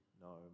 no